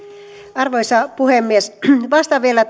arvoisa puhemies vastaan vielä